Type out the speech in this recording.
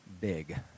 big